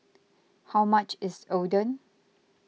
how much is Oden